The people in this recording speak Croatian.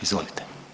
Izvolite.